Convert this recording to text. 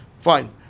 Fine